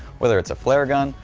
whether its a flare gun,